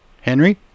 Henry